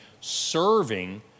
serving